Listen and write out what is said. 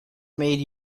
made